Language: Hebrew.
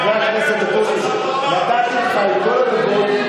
חבר הכנסת אקוניס, נתתי לך, עם כל הכבוד,